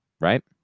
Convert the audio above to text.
right